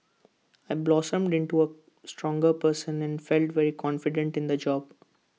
I blossomed into A stronger person and felt very confident in the job